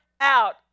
out